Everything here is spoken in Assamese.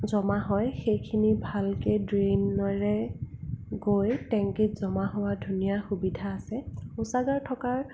জমা হয় সেইখিনি ভালকৈ ড্ৰেইনেৰে গৈ টেংকিত জমা হোৱা ধুনীয়া সুবিধা আছে শৌচাগাৰ থকা